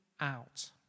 out